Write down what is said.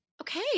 Okay